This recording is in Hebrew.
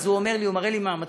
אז הוא מראה לי מהמטוס,